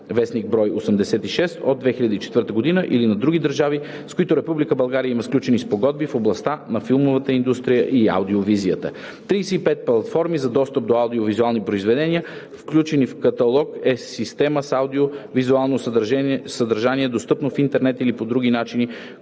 (ДВ, бр. 86 от 2004 г.), или на други държави, с които Република България има сключени спогодби в областта на филмовата индустрия и аудио-визията. 35 „Платформи за достъп до аудио-визуални произведения, включени в каталог“ е система с аудио-визуално съдържание, достъпна в интернет или по други начини,